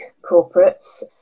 corporates